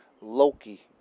Loki